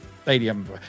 Stadium